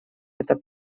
это